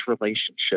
relationship